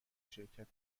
شرکت